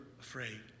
afraid